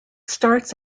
starts